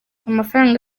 amafaranga